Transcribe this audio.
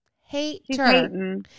Hater